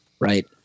Right